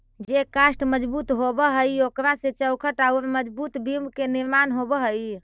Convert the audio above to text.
जे काष्ठ मजबूत होवऽ हई, ओकरा से चौखट औउर मजबूत बिम्ब के निर्माण होवऽ हई